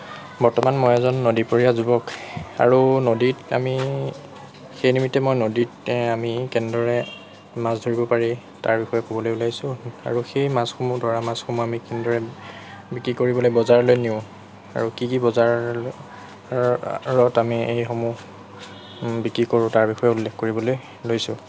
বৰ্তমান মই এজন নদীপৰীয়া যুৱক আৰু নদীত আমি সেই নিমিত্তে মই নদীতে আমি কেনেদৰে মাছ ধৰিব পাৰি তাৰ বিষয়ে ক'বলৈ ওলাইছোঁ আৰু সেই মাছসমূহ ধৰা মাছসমূহ আমি কেনেদৰে বিক্ৰী কৰিবলৈ বজাৰলৈ নিওঁ আৰু কি কি বজাৰত আমি এইসমূহ বিক্ৰী কৰোঁ তাৰ বিষয়ে উল্লেখ কৰিবলৈ লৈছোঁ